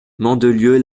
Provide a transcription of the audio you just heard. mandelieu